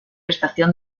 estación